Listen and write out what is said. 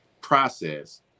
process